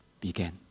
began